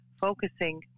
focusing